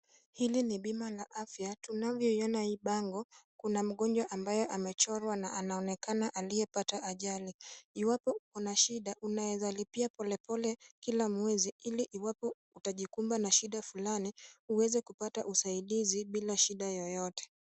Hili ni bima la afya tunavyoiona hii bango, kuna mgonjwa ambaye amechorwa na anaonekana aliyepata ajali. Iwapo uko na shida unaweza lipia polepole kila mwezi ili iwapo utajikumba na shida fulani uweze kupata usaidizi bila shida yoyote.